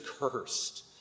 cursed